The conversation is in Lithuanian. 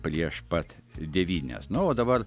prieš pat devynias na o dabar